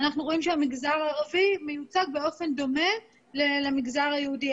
שהמגזר הערבי נמצא באופן דומה למגזר היהודי,